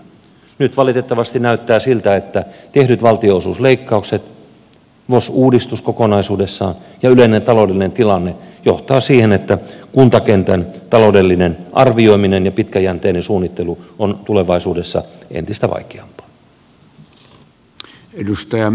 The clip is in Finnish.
nyt valitettavasti näyttää siltä että tehdyt valtionosuusleikkaukset vos uudistus kokonaisuudessaan ja yleinen taloudellinen tilanne johtavat siihen että kuntakentän taloudellinen arvioiminen ja pitkäjänteinen suun nittelu on tulevaisuudessa entistä vaikeampaa